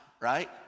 right